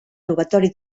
robatori